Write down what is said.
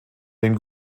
den